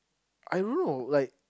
I don't know like